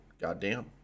goddamn